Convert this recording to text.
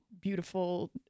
beautiful